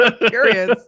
curious